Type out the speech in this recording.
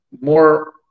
more